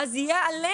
אז זה יהיה עליה,